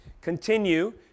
continue